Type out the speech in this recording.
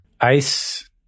Ice